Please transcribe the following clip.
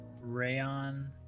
rayon